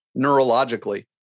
neurologically